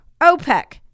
OPEC